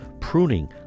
pruning